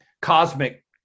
cosmic